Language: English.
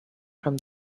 from